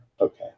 okay